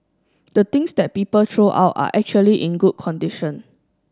the things that people throw out are actually in good condition